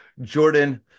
Jordan